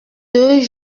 deux